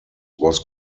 was